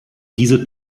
diese